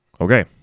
Okay